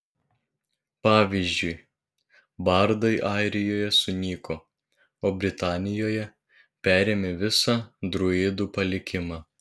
pavyzdžiui bardai airijoje sunyko o britanijoje perėmė visą druidų palikimą